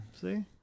See